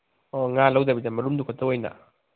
ꯑꯣ ꯉꯥ ꯂꯧꯗꯕꯤꯗ ꯃꯔꯨꯝꯗꯨꯈꯛꯇ ꯑꯣꯏꯅ